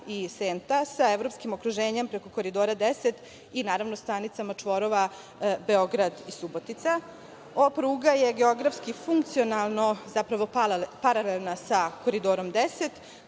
i Senta sa evropskim okruženjem preko Koridora 10 i, naravno, stanicama čvorova Beograd i Subotica. Ova pruga je geografski-funkcionalno zapravo paralelna sa Koridorom 10,